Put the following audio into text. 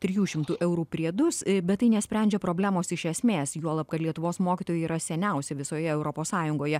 trijų šimtų eurų priedus bet tai nesprendžia problemos iš esmės juolab kad lietuvos mokytojai yra seniausi visoje europos sąjungoje